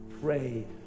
pray